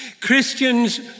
Christians